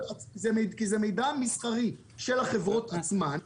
כי זה מידע מסחרי של החברות עצמן.